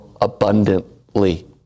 abundantly